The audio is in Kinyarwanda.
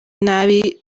nabi